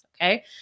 okay